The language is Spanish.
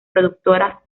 productoras